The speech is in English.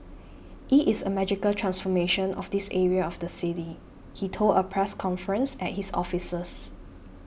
it is a magical transformation of this area of the city he told a press conference at his offices